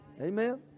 amen